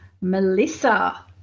Melissa